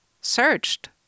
searched